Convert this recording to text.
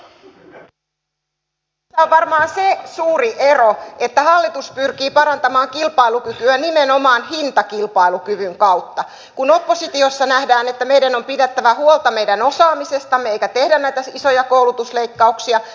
tässä on varmaan se suuri ero että hallitus pyrkii parantamaan kilpailukykyä nimenomaan hintakilpailukyvyn kautta kun oppositiossa nähdään että meidän on pidettävä huolta meidän osaamisestamme eikä tehdä näitä isoja koulutusleikkauksia